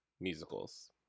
musicals